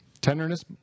Tenderness